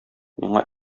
миңа